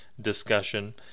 discussion